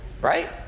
right